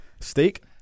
Steak